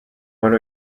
going